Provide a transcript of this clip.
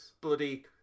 bloody